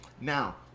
now